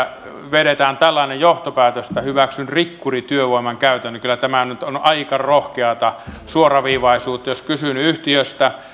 vedetään tällainen johtopäätös että hyväksyn rikkurityövoiman käytön kyllä nyt on aika rohkeata suoraviivaisuutta jos kysyn yhtiöstä